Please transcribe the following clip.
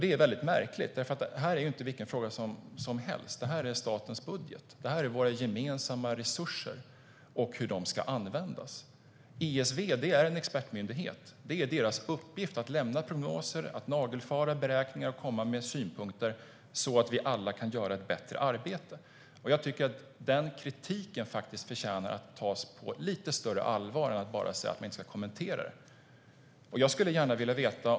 Det är mycket märkligt eftersom detta inte är vilken fråga som helst, utan detta handlar om statens budget och våra gemensamma resurser och hur de ska användas. ESV är en expertmyndighet, och det är deras uppgift att lämna prognoser, att nagelfara beräkningar och komma med synpunkter så att vi alla kan göra ett bättre arbete. Jag tycker att denna kritik faktiskt förtjänar att tas på lite större allvar än att regeringen bara säger att man inte ska kommentera detta.